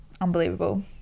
Unbelievable